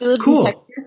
cool